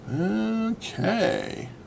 Okay